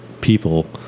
people